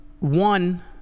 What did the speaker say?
one